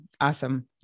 Awesome